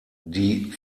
die